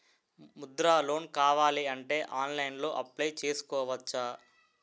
Mudra loan కావాలి అంటే ఆన్లైన్లో అప్లయ్ చేసుకోవచ్చా?